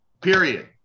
period